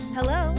Hello